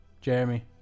Jeremy